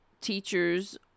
teachers